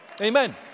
Amen